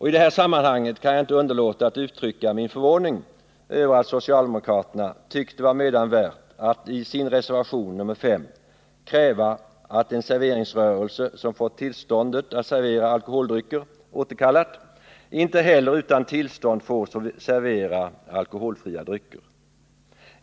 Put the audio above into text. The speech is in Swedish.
I det här sammanhanget kan jag inte underlåta att uttrycka min förvåning över att socialdemokraterna tyckt det vara mödan värt att i reservation nr 5 kräva att en serveringsrörelse som fått tillståndet att servera alkoholdrycker återkallat inte heller utan tillstånd får servera alkoholfria drycker.